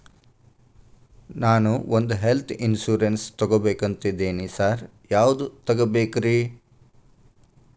ನಾನ್ ಒಂದ್ health insurance ತಗಬೇಕಂತಿದೇನಿ sir ಯಾವದ ತಗಬೇಕ್ರಿ?